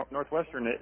Northwestern